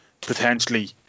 potentially